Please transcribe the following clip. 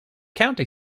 county